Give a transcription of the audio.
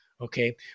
okay